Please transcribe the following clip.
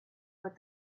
but